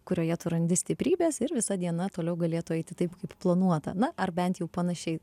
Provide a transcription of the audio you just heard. kurioje tu randi stiprybės ir visa diena toliau galėtų eiti taip kaip planuota na ar bent jau panašiai